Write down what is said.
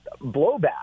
blowback